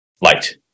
light